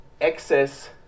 excess